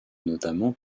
notamment